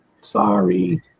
Sorry